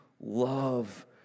love